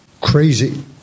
crazy